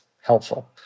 helpful